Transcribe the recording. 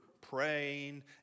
praying